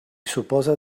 suposa